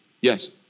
Yes